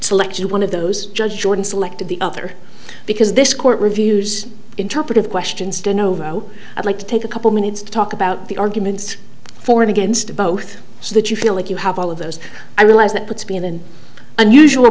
selected one of those judges jordan selected the other because this court reviews interpretive questions to novo i'd like to take a couple minutes to talk about the arguments for and against both so that you feel like you have all of those i realize that puts me in unusual